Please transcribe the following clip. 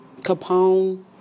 Capone